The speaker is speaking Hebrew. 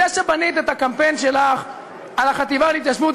זה שבנית את הקמפיין שלך על החטיבה להתיישבות,